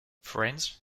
french